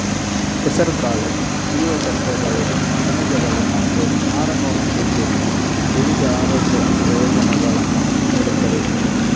ಹೆಸರುಕಾಳು ಜೀವಸತ್ವಗಳು, ಖನಿಜಗಳು ಮತ್ತು ನಾರನ್ನು ಹೊಂದಿದ್ದು ವಿವಿಧ ಆರೋಗ್ಯ ಪ್ರಯೋಜನಗಳನ್ನು ನೀಡುತ್ತದೆ